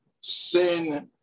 sin